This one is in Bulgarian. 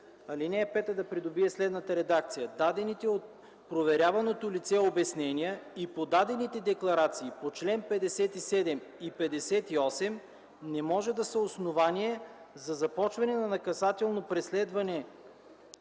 ал. 5 да придобие следната редакция: „(5) Дадените от проверяваното лице обяснения и подадените декларации по чл. 57 и 58 не може да са основание за започване на наказателно преследване